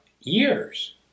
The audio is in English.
Years